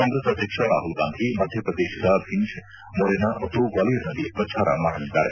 ಕಾಂಗ್ರೆಸ್ ಅಧ್ಯಕ್ಷ ರಾಹುಲ್ ಗಾಂಧಿ ಮಧ್ಯಪ್ರದೇಶದ ಭಿಂಡ್ ಮೊರೆನಾ ಮತ್ತು ಗ್ವಾಲಿಯರ್ನಲ್ಲಿ ಪ್ರಚಾರ ಮಾಡಲಿದ್ದಾರೆ